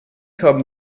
haben